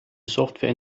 software